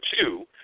two